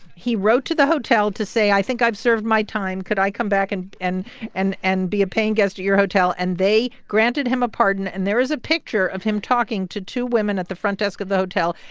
he wrote to the hotel to say, i think i've served my time. could i come back and and and and be a paying guest to your hotel? and they granted him a pardon. and there is a picture of him talking to two women at the front desk of the hotel.